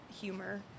humor